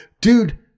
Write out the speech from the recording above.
Dude